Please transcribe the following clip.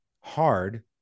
hard